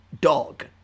dog